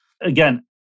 Again